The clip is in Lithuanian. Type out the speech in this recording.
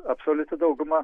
absoliuti dauguma